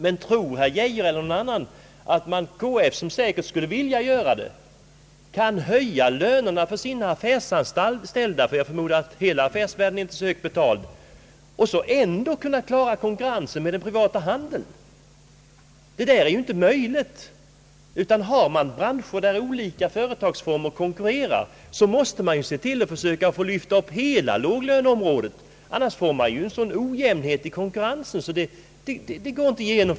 Men tror herr Geijer eller någon annan att KF, som säkert skulle vilja göra det, kan höja lönerna på sina affärsanställda — jag förmodar att hela affärsvärlden inte är särdeles högt betald — och ändå kunna klara konkurrensen med den privata handeln? Det är inte möjligt. Har man branscher där olika företagsformer konkurrerar, måste man försöka lyfta upp hela låglöneområdet. Annars får man alltför stor ojämnhet i konkurrensen.